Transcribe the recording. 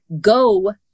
go